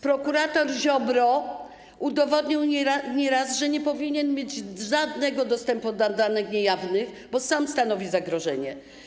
Prokurator Ziobro udowodnił nie raz, że nie powinien mieć żadnego dostępu do danych niejawnych, bo sam stanowi zagrożenie.